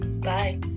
Bye